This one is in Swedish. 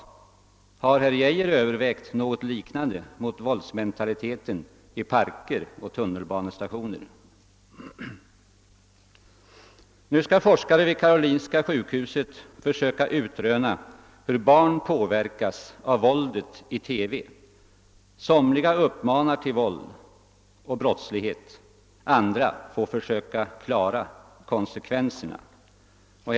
Har herr Geijer övervägt några liknande åtgärder mot våldsmentaliteten i parker och på tunnelbanestationer? Forskare vid Karolinska sjukhuset skall nu försöka utröna hur barn påverkas av våldet i TV. Somliga uppmanar till våld och brottslighet medan andra får försöka klara konsekvenserna av detta.